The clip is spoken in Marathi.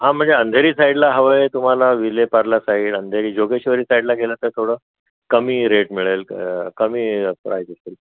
हां म्हणजे अंधेरी साईडला हवं आहे तुम्हाला विले पार्ला साईड अंधेरी जोगेश्वरी साईडला गेला तर थोडं कमी रेट मिळेल कं कमी प्राइज असेल